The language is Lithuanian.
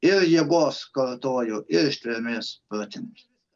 ir jėgos kartoju ir ištvermės pratimus